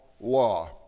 law